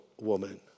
woman